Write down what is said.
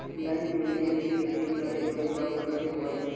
Line बिधी ले खेती करेले उपजाऊ कइसे होयल?